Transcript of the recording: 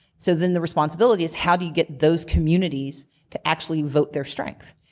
so then the responsibility is how do you get those communities to actually vote their strength.